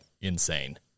insane